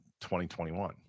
2021